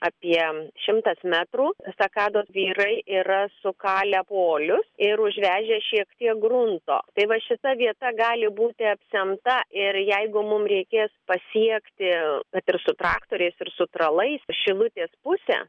apie šimtas metrų estakados vyrai yra sukalę polius ir užvežę šiek tiek grunto tai va šita vieta gali būti apsemta ir jeigu mum reikės pasiekti kad ir su traktoriais ir su tralais šilutės pusę